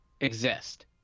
exist